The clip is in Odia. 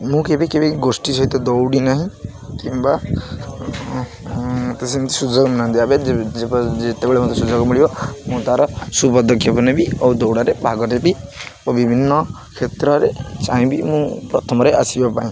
ମୁଁ କେବେ କେବେ ଗୋଷ୍ଠୀ ସହିତ ଦୌଡ଼ି ନାହିଁ କିମ୍ବା ସେମିତି ସୁଯୋଗ ଯେତେବେଳେ ମୋତେ ସୁଯୋଗ ମିଳିବ ମୁଁ ତା'ର ସୁପଦକ୍ଷେପ ନେବି ଓ ଦୌଡ଼ାରେ ଭାଗରେ ବି ଓ ବିଭିନ୍ନ କ୍ଷେତ୍ରରେ ଚାହିଁବି ମୁଁ ପ୍ରଥମରେ ଆସିବା ପାଇଁ